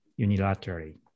unilaterally